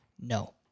no